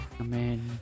Amen